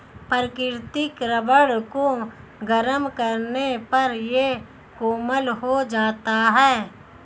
प्राकृतिक रबर को गरम करने पर यह कोमल हो जाता है